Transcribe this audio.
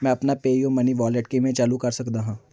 ਮੈਂ ਆਪਣਾ PayUmoney wallet ਕਿਵੇਂ ਚਾਲੂ ਕਰ ਸਕਦਾ ਹਾਂ